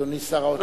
אדוני שר האוצר.